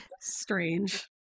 Strange